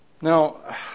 Now